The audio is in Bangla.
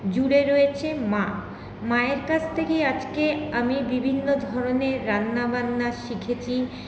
জুড়ে রয়েছে মা মায়ের কাছ থেকেই আজকে আমি বিভিন্ন ধরনের রান্নাবান্না শিখেছি